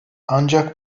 ancak